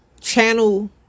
channel